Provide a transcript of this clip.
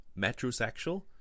Metrosexual